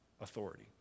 authority